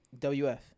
wf